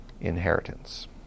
inheritance